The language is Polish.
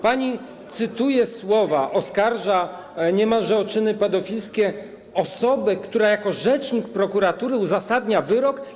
Pani cytuje słowa, oskarża niemalże o czyny pedofilskie osobę, która jako rzecznik prokuratury uzasadnia wyrok.